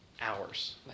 hours